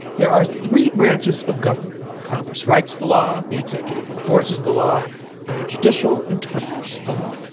there are three branches of government congress writes the law, the executive enforces the law and the judicial interprets the law.